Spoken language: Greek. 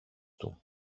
του